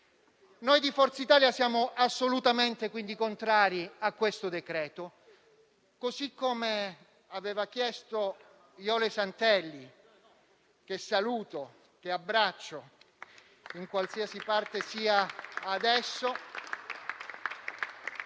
Noi di Forza Italia siamo quindi assolutamente contrari a questo decreto-legge. Così come aveva chiesto Jole Santelli, che saluto e abbraccio in qualsiasi parte sia adesso